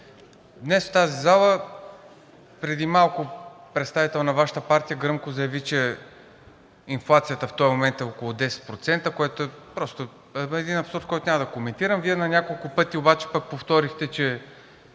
Днес в тази зала преди малко представител на Вашата партия гръмко заяви, че инфлацията в този момент е около 10%, което е един абсурд, който няма да го коментирам. Вие на няколко пъти обаче повторихте, че